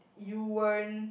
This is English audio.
you weren't